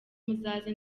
muzaze